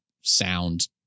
sound